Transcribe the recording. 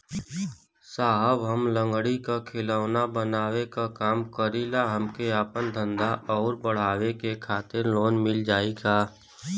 साहब हम लंगड़ी क खिलौना बनावे क काम करी ला हमके आपन धंधा अउर बढ़ावे के खातिर लोन मिल जाई का?